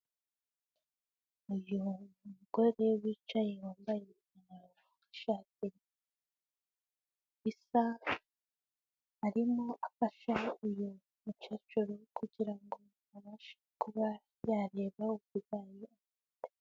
Umugore wicaye wambaye amashati isaha arimo afasha kugira ngo abashe kuba yareba uburwayi